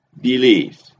Believe